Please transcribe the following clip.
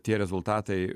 tie rezultatai